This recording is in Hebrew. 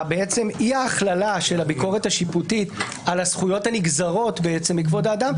אי-ההכללה של הביקורת השיפוטית על הזכויות הנגזרות מכבוד האדם,